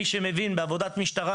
מי שמבין בעבודת משטרה,